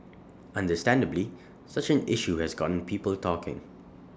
understandably such an issue has gotten people talking